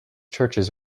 churches